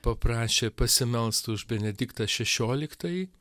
paprašė pasimelst už benediktą šešioliktąjį